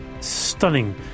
stunning